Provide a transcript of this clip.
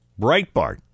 Breitbart